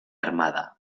armada